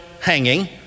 hanging